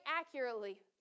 accurately